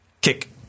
kick